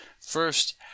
First